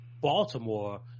Baltimore